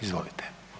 Izvolite.